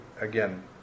again